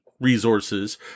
resources